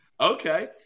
Okay